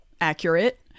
accurate